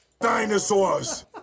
Dinosaurs